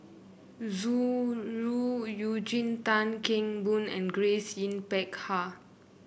Zhu Ru Eugene Tan Kheng Boon and Grace Yin Peck Ha